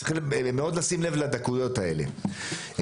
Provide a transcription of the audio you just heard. צריך מאוד לשים לב לדקויות האלה.